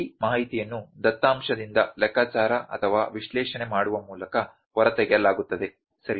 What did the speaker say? ಈ ಮಾಹಿತಿಯನ್ನು ದತ್ತಾಂಶದಿಂದ ಲೆಕ್ಕಾಚಾರ ಅಥವಾ ವಿಶ್ಲೇಷಣೆ ಮಾಡುವ ಮೂಲಕ ಹೊರತೆಗೆಯಲಾಗುತ್ತದೆ ಸರಿ